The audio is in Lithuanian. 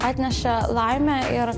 atneša laimę ir